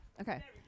okay